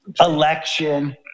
election